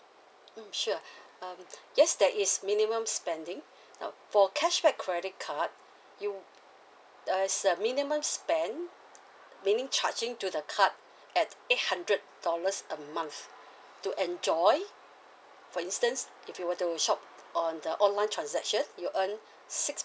mm sure um yes there is minimum spending now for cashback credit card you uh it's a minimum spend meaning charging to the card at eight hundred dollars a month to enjoy for instance if you were to shop on the online transaction you earn six